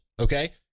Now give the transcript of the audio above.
Okay